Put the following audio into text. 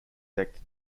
protected